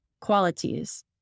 qualities